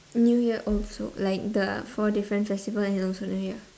new year also like the four different festival and also new year